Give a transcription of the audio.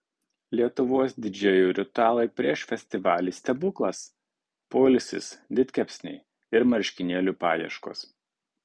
lietuvos didžėjų ritualai prieš festivalį stebuklas poilsis didkepsniai ir marškinėlių paieškos